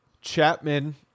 Chapman